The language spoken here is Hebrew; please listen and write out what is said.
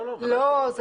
לא, לא, ודאי שלא צריך.